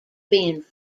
being